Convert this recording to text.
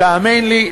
תאמין לי.